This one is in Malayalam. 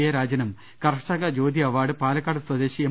എ രാജനും കർഷക ജ്യോതി അവാർഡ് പാലക്കാട് സ്വദേശി എം